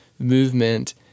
movement